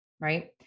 right